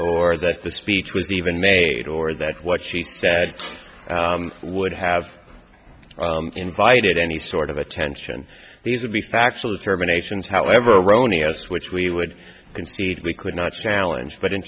or that the speech was even made or that what she said would have invited any sort of attention these would be factual determination however erroneous which we would concede we could not challenge but in